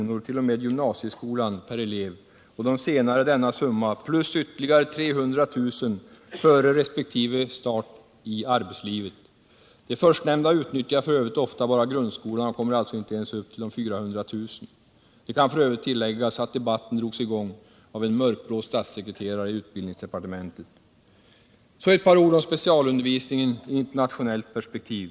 per elev t.o.m. gymnasieskolan och de senare denna summa plus ytterligare 300 000 kr. De förstnämnda utnyttjar f. ö. ofta bara grundskolan och kommer alltså inte ens upp till summan 400 000 kr. Det kan tilläggas att debatten drogs i gång av en mörkblå statssekreterare i utbildningsdepartementet. Så ett par ord om specialundervisningen i internationellt perspektiv.